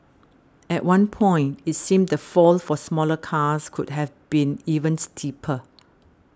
at one point it seemed the fall for smaller cars could have been even steeper